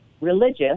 religious